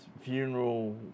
funeral